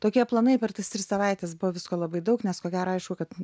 tokie planai per tas tris savaites buvo visko labai daug nes ko gero aišku kad